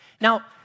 Now